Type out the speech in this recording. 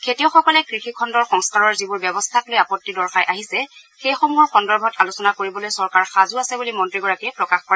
খেতিয়কসকলে কৃষি খণ্ডৰ সংস্কাৰৰ যিবোৰ ব্যৱস্থাক লৈ আপত্তি দৰ্শাই আহিছে সেইসমূহৰ সন্দৰ্ভত আলোচনা কৰিবলৈ চৰকাৰ সাজু আছে বুলি মন্ত্ৰীগৰাকীয়ে প্ৰকাশ কৰে